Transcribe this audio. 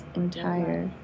entire